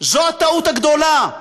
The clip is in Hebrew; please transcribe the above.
זו הטעות הגדולה.